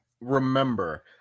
remember